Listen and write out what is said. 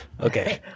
okay